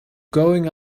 going